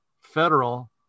federal